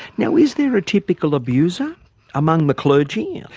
now is there a typical abuser among the clergy? and